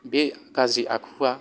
बे गाज्रि आखुया